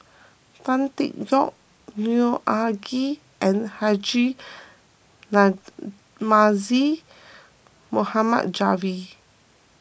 Tan Tee Yoke Neo Anngee and Haji Namazie Mohamed Javad